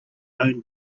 own